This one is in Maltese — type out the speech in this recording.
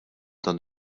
dan